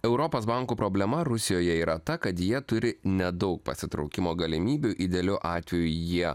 europos bankų problema rusijoje yra ta kad jie turi nedaug pasitraukimo galimybių idealiu atveju jie